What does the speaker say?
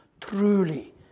truly